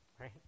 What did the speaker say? Right